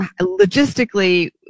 Logistically